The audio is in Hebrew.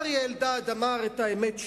אריה אלדד אמר את האמת שלו: